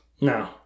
No